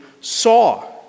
saw